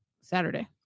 Saturday